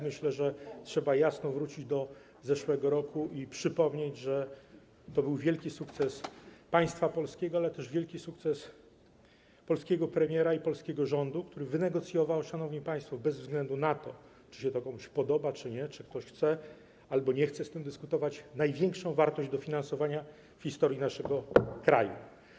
Myślę, że trzeba jasno wrócić do zeszłego roku i przypomnieć, że to był wielki sukces państwa polskiego, ale też wielki sukces polskiego premiera i polskiego rządu, który wynegocjował, szanowni państwo, bez względu na to, czy się to komuś podoba czy nie, czy ktoś chce albo nie chce z tym dyskutować, największą wartość dofinansowania w historii naszego kraju.